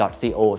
co